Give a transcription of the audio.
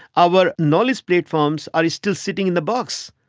our knowledge platforms are still sitting in the box.